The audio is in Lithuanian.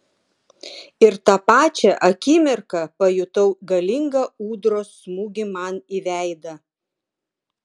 ir tą pačią akimirką pajutau galingą ūdros smūgį man į veidą